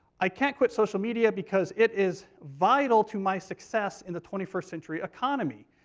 i can't quit social media because it is vital to my success in the twenty first century economy.